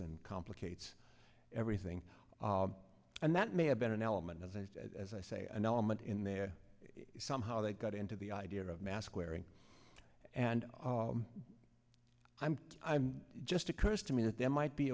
and complicates everything and that may have been an element of that as i say an element in there somehow they got into the idea of mask wearing and i'm i'm just occurs to me that there might be